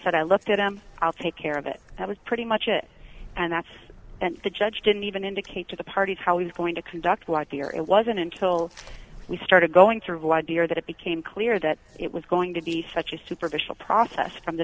said i looked at em i'll take care of it that was pretty much it and that's and the judge didn't even indicate to the parties how he's going to conduct was here it wasn't until we started going through the idea that it became clear that it was going to be such a superficial process from the